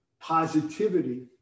positivity